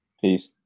Peace